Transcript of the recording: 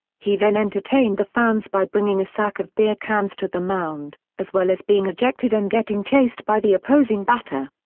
he then entertained the fans by bringing a sack of beer cans to the mound, as well as being ejected and getting chased by the opposing batter.